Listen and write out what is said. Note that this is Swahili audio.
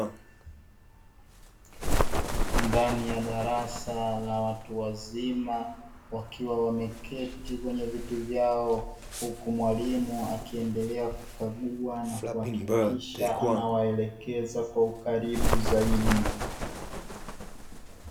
Ndani ya darasa la watu wazima wakiwa wameketi kwenye viti vyao huku mwalimu akiendelea kukagua na kuwaelekeza kwa ukaribu zaidi.